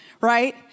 right